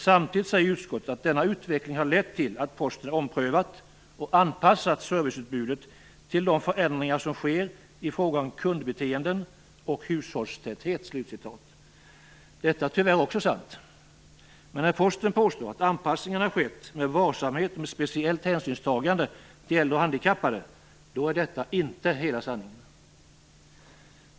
Samtidigt säger utskottet: "Denna utveckling har lett till att Posten omprövat och anpassat serviceutbudet till de förändringar som sker i fråga om kundbeteenden och hushållstäthet." Detta är tyvärr också sant. Men när Posten påstår att anpassningarna skett med varsamhet och med speciellt hänsynstagande till äldre och handikappade är detta inte hela sanningen.